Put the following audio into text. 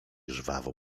żwawo